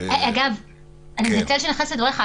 --- אני מתנצלת שאני נכנסת לדבריך,